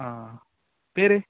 ಹಾಂ ಬೇರೆ